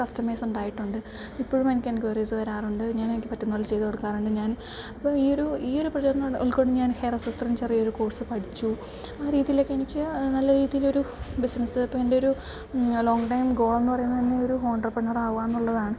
കസ്റ്റമേഴ്സുണ്ടായിട്ടുണ്ട് ഇപ്പോഴും എനിക്ക് എൻക്വിയറീസ് വരാറുണ്ട് ഞാൻ എനിക്ക് പറ്റുന്നതു പോലെ ചെയ്തു കൊടുക്കാറുണ്ട് ഞാൻ ഇപ്പം ഈ ഒരു ഈ ഒരു പ്രചോദനം ഉൾക്കൊണ്ട് ഞാൻ ഹെയർ ആക്സസ്സറീ ഞാൻ ചെറിയൊരു കോഴ്സ് പഠിച്ചു ആ രീതിയിലൊക്കെ എനിക്ക് നല്ല രീതിയിലൊരു ബിസിനസ്സ് ഇപ്പം എൻറ്റൊരു ലോങ് ടൈം ഗോളെന്നു പറയുന്നത് തന്നെ ഒരു ആന്ത്രപ്രണറാകുകയെന്നുള്ളതാണ്